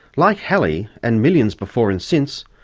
like halley and millions before and since,